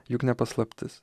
juk ne paslaptis